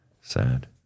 Sad